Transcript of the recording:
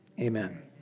Amen